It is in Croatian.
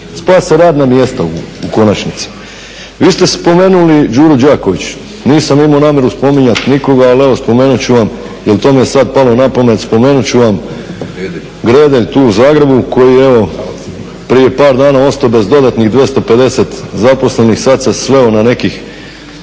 spase radna mjesta u konačnici. Vi ste spomenuli "Đuru Đaković", nisam imao namjeru spominjati nikoga ali evo spomenut ću vam jer to mi je sad palo na pamet, spomenut ću vam Gredelj tu u Zagrebu koji je prije par dana ostao bez dodatnih 250 zaposlenih, sad se sveo na nekih